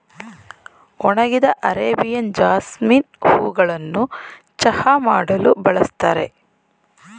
ಒಣಗಿದ Arabian jasmine ಹೂಗಳನ್ನು ಚಹಾ ಮಾಡಲು ಬಳ್ಸತ್ತರೆ